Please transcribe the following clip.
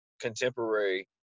contemporary